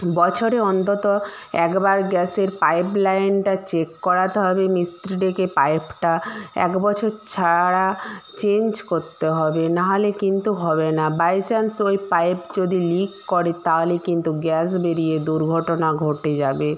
বছরে অন্তত একবার গ্যাসের পাইপ লাইনটা চেক করাতে হবে মিস্ত্রি ডেকে পাইপটা এক বছর ছাড়া চেঞ্জ করতে হবে নাহলে কিন্তু হবে না বাই চান্স ওই পাইপ যদি লিক করে তাহলে কিন্তু গ্যাস বেরিয়ে দুর্ঘটনা ঘটে যাবে